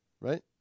Right